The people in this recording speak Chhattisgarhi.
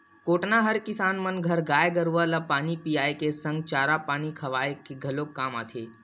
कोटना हर किसान मन घर गाय गरुवा ल पानी पियाए के संग चारा पानी खवाए के घलोक काम आथे